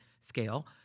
scale